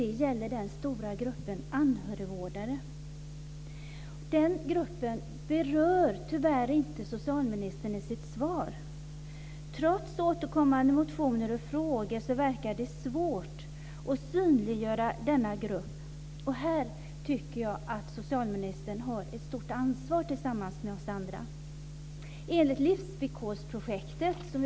Det gäller den stora gruppen anhörigvårdare. Den gruppen berör socialministern tyvärr inte i sitt svar. Trots återkommande motioner och frågor verkar det svårt att synliggöra denna grupp. Jag tycker att socialministern tillsammans med oss andra här har ett stort ansvar.